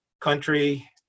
country